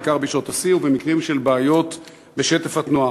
בעיקר בשעות השיא ובמקרים של בעיות בשטף התנועה.